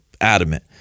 adamant